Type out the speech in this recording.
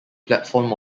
platform